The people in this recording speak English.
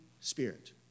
spirit